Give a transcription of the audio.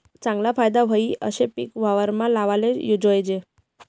चागला फायदा व्हयी आशे पिक वावरमा लावाले जोयजे